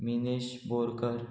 Minesh Borkar